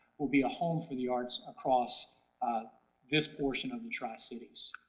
will be a home for the arts across this portion of the tri-cities.